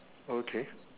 okay